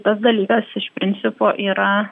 tas dalykas iš principo yra